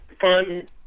fun